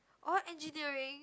oh engineering